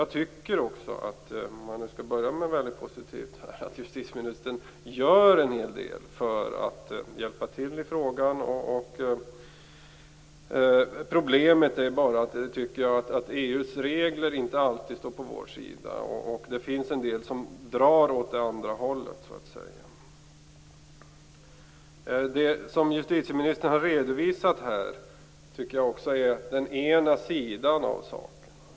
För att nu börja väldigt positivt, tycker jag att justitieministern gör en hel del för att hjälpa till i frågan. Problemet är bara att EU:s regler inte alltid står på vår sida. Det finns en del som drar åt det andra hållet så att säga. Det som justitieministern har redovisat här är den ena sidan av saken.